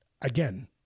again